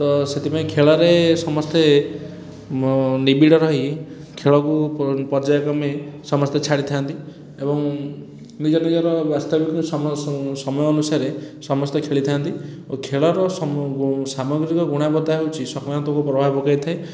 ତ ସେଥିପାଇଁ ଖେଳରେ ସମସ୍ତେ ମ ନିବିଡ଼ ରହି ଖେଳକୁ ପ ପର୍ଯ୍ୟାୟ କ୍ରମେ ସମସ୍ତେ ଛାଡ଼ିଥାନ୍ତି ଏବଂ ନିଜ ନିଜର ବାସ୍ତବିକ ସମ ସ ସମୟ ଅନୁସାରେ ସମସ୍ତେ ଖେଳିଥାନ୍ତି ଓ ଖେଳର ସାମଗ୍ରିକ ଗୁଣବତ୍ତା ହେଉଛି ସମୟନ୍ତକୁ ପ୍ରଭାବ ପକେଇଥାଏ